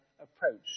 approach